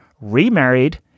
remarried